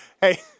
Hey